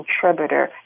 contributor